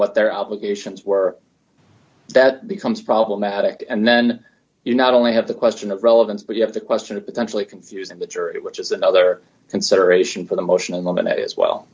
what their obligations were that becomes problematic and then you not only have the question of relevance but you have the question of potentially confusing the jury which is another consideration for the mo